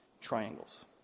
Triangles